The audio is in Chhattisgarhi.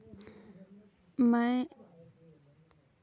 का मैं अपन उच्च शिक्षा बर छात्र ऋण के लिए पात्र हंव?